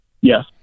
Yes